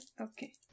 okay